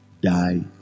Die